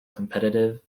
competitive